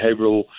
behavioral